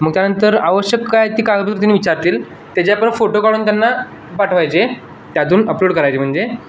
मग त्यानंतर आवश्यक काय ती त्यांनी विचारतील त्याचे आपण फोटो काढून त्यांना पाठवायचे त्यातून अपलोड करायचे म्हणजे